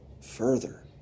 further